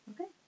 Okay